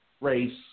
race